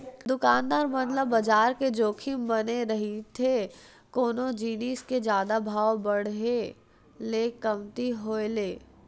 दुकानदार मन ल बजार के जोखिम बने रहिथे कोनो जिनिस के जादा भाव बड़हे ले कमती होय ले